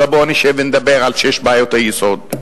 ובוא נשב ונדבר על שש בעיות היסוד.